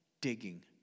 digging